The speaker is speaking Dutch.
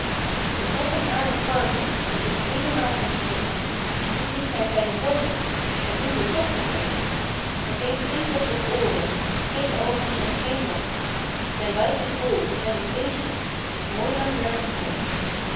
ik heb een aardig varken t is heelemaal van steen zoek niet naar zijne pooten gij vindt er toch niet één het heeft geen kop of ooren geene oogen en geen mond zijn buik is hol en t beestje is mooi langwerpig rond